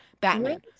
Batman